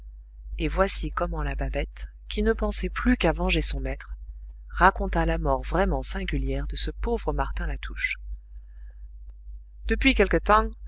et voici comment la babette qui ne pensait plus qu'à venger son maître raconta la mort vraiment singulière de ce pauvre martin latouche depuis quelque temps